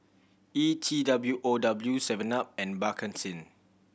E T W O W seven up and Bakerzin